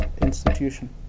institution